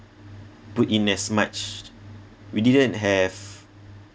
put in as much we didn't have